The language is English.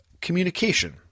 Communication